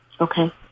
Okay